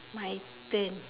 my turn